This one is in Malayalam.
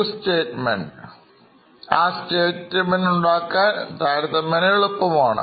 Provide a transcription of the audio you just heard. ആ സ്റ്റേറ്റ്മെൻറ് ഉണ്ടാക്കാൻ എളുപ്പമാണ്